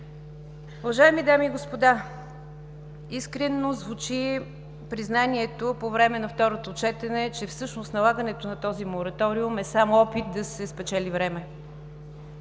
Уважаеми дами и господа, искрено звучи признанието по време на второто четене, че всъщност налагането на този мораториум е само опит да се спечели време,